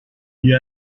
you